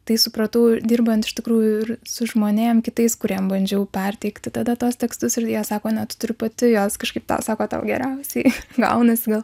tai supratau dirbant iš tikrųjų ir su žmonėm kitais kuriem bandžiau perteikti tada tuos tekstus ir jie sako ne tu turi pati juos kažkaip tuo sako tau geriausiai gaunasi gal